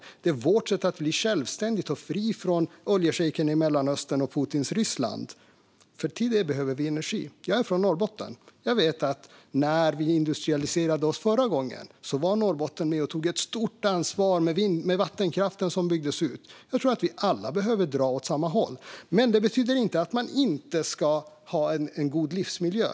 Detta är vårt sätt att bli självständiga och fria från oljeschejkerna i Mellanöstern och från Putins Ryssland. Till det behöver vi energi. Jag är från Norrbotten. Jag vet att Norrbotten var med och tog ett stort ansvar, med vattenkraften som byggdes ut, när vi industrialiserade oss förra gången. Jag tror att vi alla behöver dra åt samma håll. Det betyder dock inte att man inte ska ha en god livsmiljö.